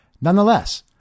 Nonetheless